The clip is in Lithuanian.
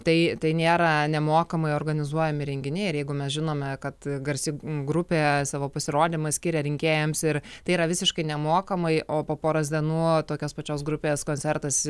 tai tai nėra nemokamai organizuojami renginiai ir jeigu mes žinome kad garsi grupė savo pasirodymą skiria rinkėjams ir tai yra visiškai nemokamai o po poros dienų tokios pačios grupės koncertas